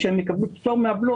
שהם יקבלו את הפטור מהבלו,